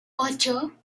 ocho